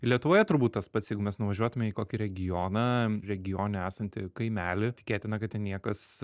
lietuvoje turbūt tas pats jeigu mes nuvažiuotume į kokį regioną regione esantį kaimelį tikėtina kad ten niekas